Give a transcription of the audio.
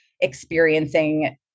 experiencing